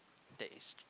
that is